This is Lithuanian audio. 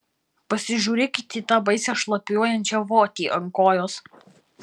pasižiūrėkit į tą baisią šlapiuojančią votį ant kojos